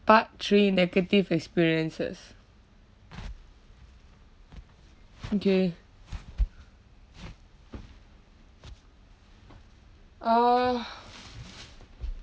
part three negative experiences okay uh